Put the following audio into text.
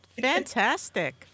Fantastic